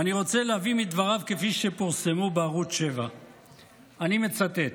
ואני רוצה להביא מדבריו כפי שפורסמו בערוץ 7. אני מצטט: